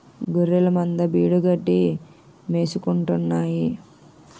గొఱ్ఱెలమంద బీడుగడ్డి మేసుకుంటాన్నాయి